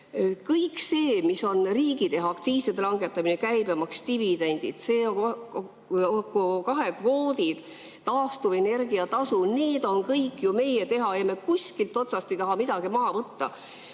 Kõik see, mis on riigi teha – aktsiiside langetamine, käibemaks, dividendid, CO2-kvoodid, taastuvenergia tasu –, kõik see on ju meie teha, aga me kuskilt otsast ei taha midagi maha võtta.